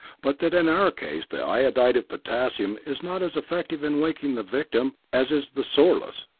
but that in our case the iodide of potassium is not as effective in awakening the victim as is the sorlus.